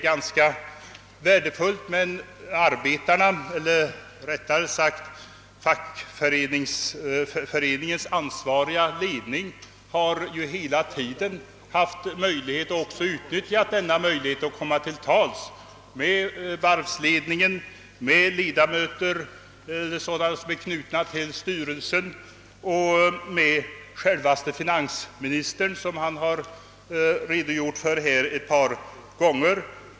Jag kan hålla med om att detta är värdefullt, men fackföreningens ansvariga ledning har hela tiden haft möjlighet — och även utnyttjat denna möjlighet — att komma till tals med varvsledningen, med ledamöter som är knutna till styrelsen och med finansministern, vilket, som han har bekräftat, förekommit ett par gånger.